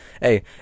hey